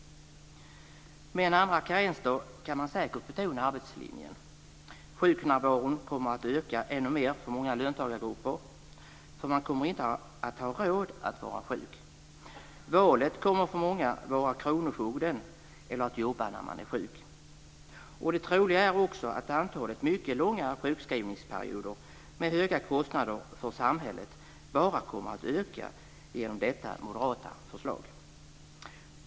Med en andra karensdag kan man säkert betona arbetslinjen. Sjuknärvaron kommer att öka ännu mer för många löntagargrupper, för man kommer inte att ha råd att vara sjuk. Valet kommer för många att stå mellan kronofogden eller att jobba när de är sjuka. Det troliga är också att antalet mycket långa sjukskrivningsperioder med höga kostnader för samhället bara kommer att öka genom detta moderata förslag.